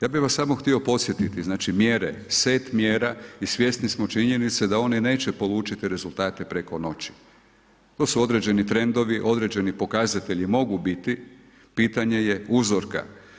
Ja bih vas samo htio podsjetiti, set mjera i svjesni smo činjenice da one neće polučiti rezultate preko noći, to su određeni trendovi, određeni pokazatelji mogu biti, pitanje je uzorka.